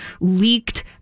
leaked